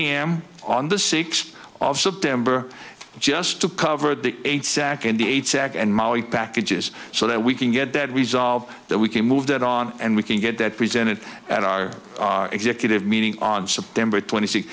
am on the sixth of september just to cover the eight sack and the eight sack and mowing packages so that we can get that resolved that we can move that on and we can get that presented at our executive meeting on september twenty six